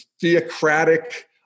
theocratic